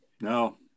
No